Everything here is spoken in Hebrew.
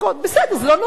בסדר, זה לא נורא.